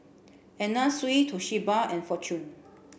Anna Sui Toshiba and Fortune